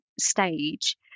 stage